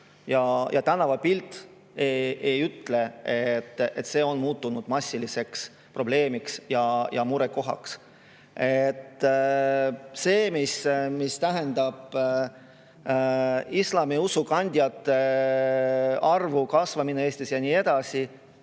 ja tänavapilt ei [näita], et see on muutunud massiliseks probleemiks ja murekohaks. See, mida tähendab islami usu kandjate arvu kasvamine Eestis ja nii edasi,